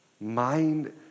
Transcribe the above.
mind